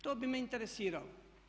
To bi me interesiralo.